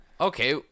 okay